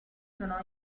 sono